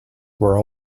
were